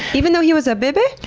even though he was a bebe?